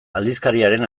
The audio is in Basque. aldizkariaren